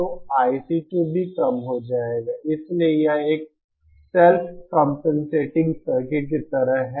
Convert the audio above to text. तो IC2 भी कम हो जाएगा इसलिए यह एक सेल्फ कंपनसेटिंग सर्किट की तरह है